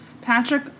Patrick